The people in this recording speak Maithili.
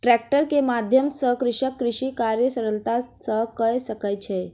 ट्रेक्टर के माध्यम सॅ कृषक कृषि कार्य सरलता सॅ कय सकै छै